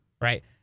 right